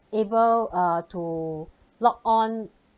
able uh to log on